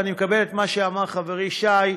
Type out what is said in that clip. ואני מקבל את מה שאמר חברי שי,